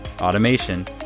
automation